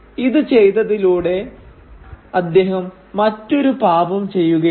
ഇത് ചെയ്തതിലൂടെ അദ്ദേഹം മറ്റൊരു പാപം ചെയ്യുകയാണ്